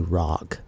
rock